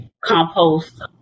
compost